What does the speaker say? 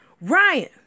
Ryan